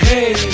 Hey